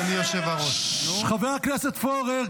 אדוני היושב-ראש ------ חבר הכנסת פורר,